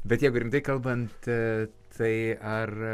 bet jeigu rimtai kalbant tai ar